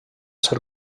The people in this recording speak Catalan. ser